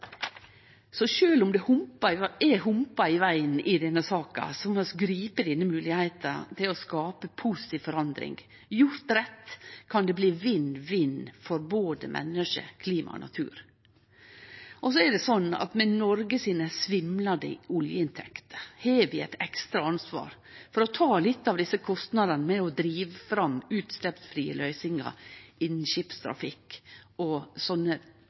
om det er humpar i vegen i denne saka, må vi gripe moglegheita til å skape positiv forandring. Gjort rett kan det bli vinn-vinn for både menneske, klima og natur. Med Noreg sine svimlande oljeinntekter har vi eit ekstra ansvar for å ta litt av kostnadane med å drive fram utsleppsfrie løysingar innan skipstrafikk, som i sakene om verdsarvfjordane, og